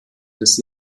des